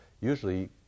Usually